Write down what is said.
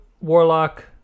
Warlock